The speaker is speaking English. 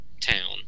town